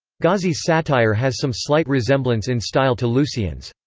gozzi's satire has some slight resemblance in style to lucian's.